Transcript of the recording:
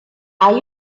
are